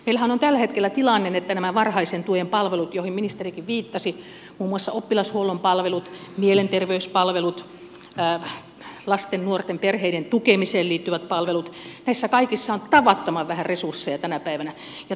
meillähän on tällä hetkellä tilanne että näissä varhaisen tuen palveluissa joihin ministerikin viittasi muun muassa oppilashuollon palveluissa mielenterveyspalveluissa lasten nuorten ja perheiden tukemiseen liittyvissä palveluissa näissä kaikissa on tavattoman vähän resursseja tänä päivänä